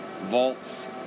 vaults